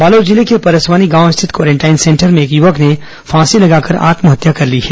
बालोद जिले के परसवानी गांव स्थित क्वारेंटाईन सेंटर में एक युवक ने फांसी लगाकर आत्महत्या कर ली है